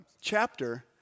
chapter